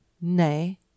Nay